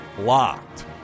Locked